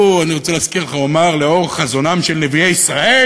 אני רוצה להזכיר לך שהוא אמר: לאור חזונם של נביאי ישראל,